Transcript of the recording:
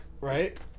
Right